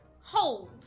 hold